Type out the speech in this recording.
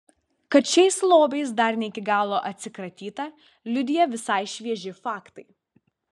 kad šiais lobiais dar ne iki galo atsikratyta liudija visai švieži faktai